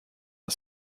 are